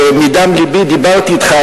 שמדם לבי דיברתי אתך,